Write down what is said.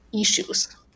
issues